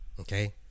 okay